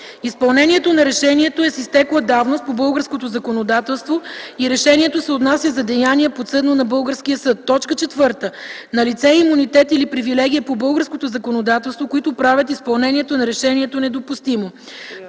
изпълнението на решението е с изтекла давност по българското законодателство и решението се отнася за деяние, подсъдно на български съд; 4. налице е имунитет или привилегия по българското законодателство, които правят изпълнението на решението недопустимо;